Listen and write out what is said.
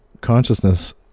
consciousness